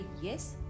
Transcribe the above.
Yes